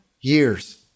years